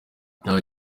nta